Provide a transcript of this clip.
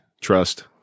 trust